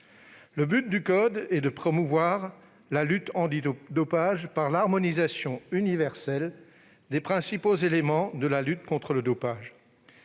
Le but du code est de promouvoir la lutte antidopage par l'harmonisation universelle des principaux éléments de cette lutte.